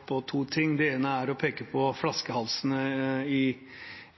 et